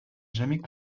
jamais